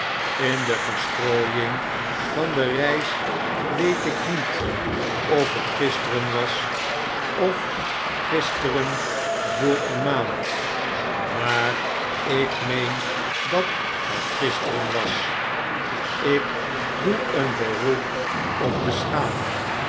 in de verstrooiing van de reis weet ik niet of het gisteren was of gisteren voor een maand maar ik meen dat het gisteren was ik doe een beroep op de schaal